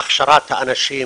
הכשרת האנשים